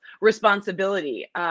responsibility